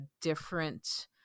different